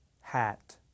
Hat